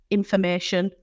information